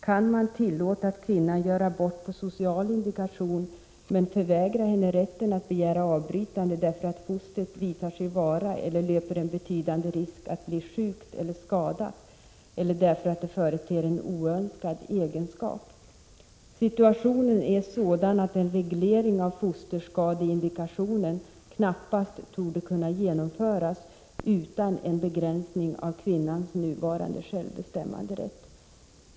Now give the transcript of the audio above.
Kan man tillåta kvinnan att göra abort på social indikation men förvägra henne rätten att begära avbrytande därför att fostret visar sig vara — eller löper en betydande risk att bli — sjukt eller skadat eller därför att det företer en oönskad egenskap. Situationen är sådan att en reglering av fosterskadeindikationen knappast torde kunna genomföras utan en begränsning av kvinnans nuvarande självbestämmanderätt.